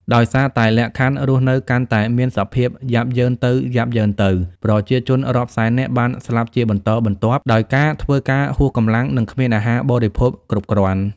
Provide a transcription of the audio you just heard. ដោយសារតែលក្ខខណ្ឌរស់នៅកាន់តែមានសភាពយ៉ាប់យ៉ឺនទៅៗ ប្រជាជនរាប់សែននាក់បានស្លាប់ជាបន្តបន្ទាប់ ដោយការធ្វើការហួសកម្លាំង និងគ្មានអាហារបរិភោគគ្រប់គ្រាន់។